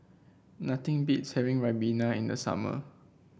nothing beats having ribena in the summer